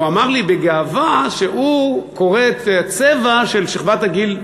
והוא אמר לי בגאווה שהוא קורא את הצבע של שכבת הגיל מעליו,